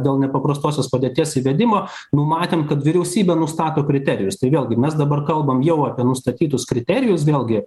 dėl nepaprastosios padėties įvedimo numatėm kad vyriausybė nustato kriterijus tai vėlgi mes dabar kalbam jau apie nustatytus kriterijus vėlgi